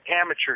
amateur